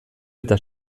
eta